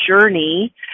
journey